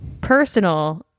personal